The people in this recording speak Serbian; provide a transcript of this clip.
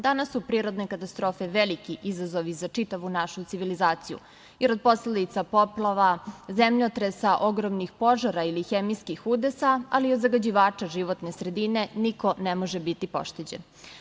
Danas su prirodne katastrofe veliki izazovi za čitavu našu civilizaciju, jer od posledica poplava, zemljotresa, ogromnih požara ili hemijskih udesa, ali i od zagađivača životne sredine, niko ne može biti pošteđen.